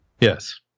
Yes